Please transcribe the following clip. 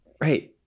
Right